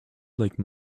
like